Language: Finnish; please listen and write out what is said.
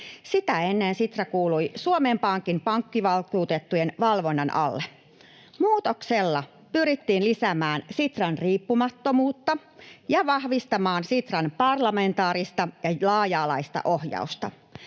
Sitä ennen Sitra kuului Suomen Pankin pankkivaltuutettujen valvonnan alle. Muutoksella pyrittiin lisäämään Sitran riippumattomuutta ja vahvistamaan Sitran parlamentaarista ja laaja-alaista ohjausta.